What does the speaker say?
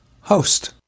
host